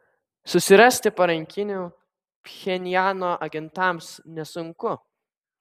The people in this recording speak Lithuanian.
susirasti parankinių pchenjano agentams nesunku